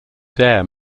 dare